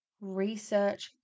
Research